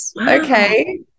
okay